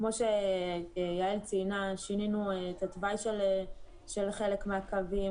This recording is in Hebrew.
כמו שיעל ציינה שינינו את התוואי של חלק מהקווים,